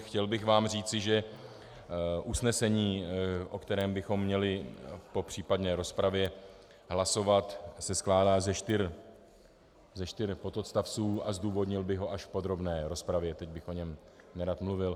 Chtěl bych vám říci, že usnesení, o kterém bychom měli po případné rozpravě hlasovat, se skládá ze čtyř pododstavců, a zdůvodnil bych ho až v podrobné rozpravě, teď bych o něm nerad mluvil.